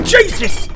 Jesus